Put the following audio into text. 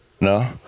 No